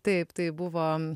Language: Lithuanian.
taip tai buvo